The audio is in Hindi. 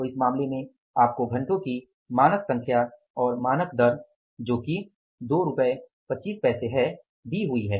तो इस मामले में आपको घंटों की मानक संख्या और मानक दर जो कि 2 रुपए 25 पैसे है दी हुई है